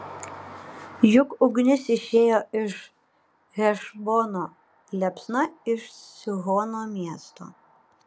juk ugnis išėjo iš hešbono liepsna iš sihono miesto